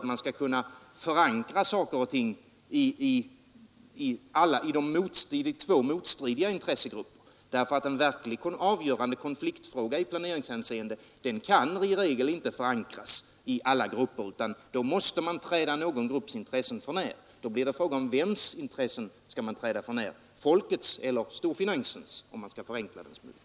Man kan inte förankra besluten i båda de grupper som har motstridiga intressen. En avgörande konfliktfråga i planeringshänseende kan i regel inte förankras i alla grupper. Man måste träda någon grupps intressen för när, och då är frågan vems intressen man skall träda för när, folkets eller storfinansens, om man skall förenkla det en smula.